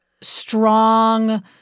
strong